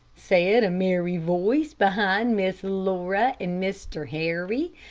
said a merry voice behind miss laura and mr. harry,